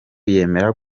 yemera